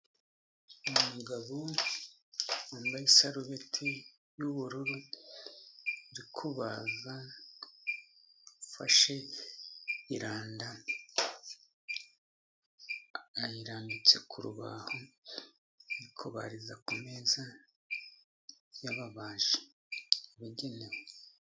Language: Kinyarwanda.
Umugabo wamabaye isarubeti y'ubururu uri kubaza, ufashe iranda, ayirambitse ku rubaho, ari kubariza ku meza y'ababaji yabigenewe.